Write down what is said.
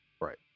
right